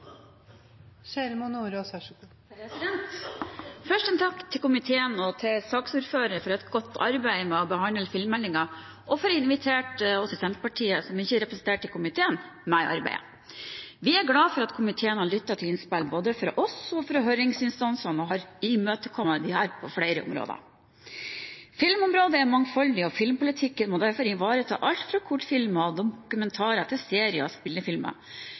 til komiteen og til saksordfører for et godt arbeid med å behandle filmmeldinga og for å ha invitert oss i Senterpartiet, som ikke er representert i komiteen, med i arbeidet. Vi er glade for at komiteen har lyttet til innspill både fra oss og fra høringsinstansene og har imøtekommet disse på flere områder. Filmområdet er mangfoldig, og filmpolitikken må derfor ivareta alt fra kortfilmer og dokumentarer til